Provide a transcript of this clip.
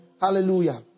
Hallelujah